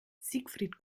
siegfried